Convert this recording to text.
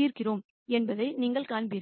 தீர்க்கிறோம் என்பதை நீங்கள் காண்பீர்கள்